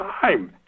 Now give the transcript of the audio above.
time